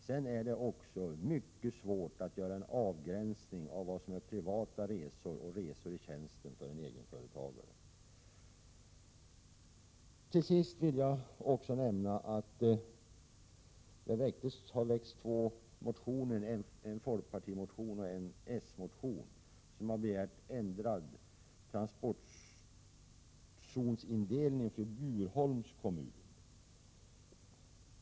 Det är givetvis också mycket svårt att göra en avgränsning för vad som är privata resor och resor i tjänsten för en egenföretagare. Jag vill vidare nämna att det i en folkpartimotion och i en s-motion begärs ändrad transportzonindelning för Bjurholms kommun.